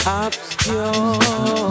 obscure